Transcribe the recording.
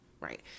right